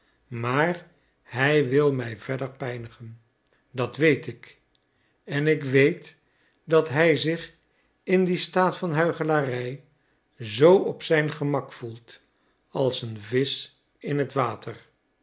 bedrog maar hij wil mij verder pijnigen dat weet ik en ik weet dat hij zich in dien staat van huichelarij zoo op zijn gemak gevoelt als een visch in het water